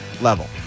level